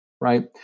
right